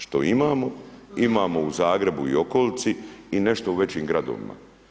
Što imamo, imamo u Zagrebu i okolici i nešto u većim gradovima.